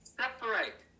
separate